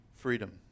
Freedom